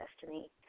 destiny